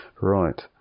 Right